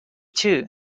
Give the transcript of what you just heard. too